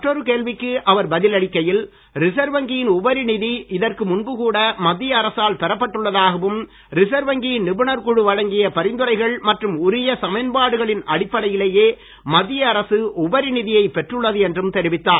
மற்றொரு கேள்விக்கு அவர் பதில் அளிக்கையில் ரிசர்வ் வங்கியின் உபரி நிதி இதற்கு முன்பு கூட மத்திய அரசால் பெறப்பட்டுள்ளதாகவும் ரிசர்வ் வங்கியின் நிபுணர் குழு வழங்கிய பரிந்துரைகள் மற்றும் உரிய சமன்பாடுகளின் அடிப்படையிலேயே மத்திய அரசு உபரி நிதியை பெற்றுள்ளது என்றும் தெரிவித்தார்